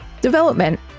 Development